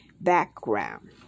background